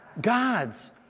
God's